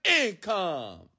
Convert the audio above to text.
income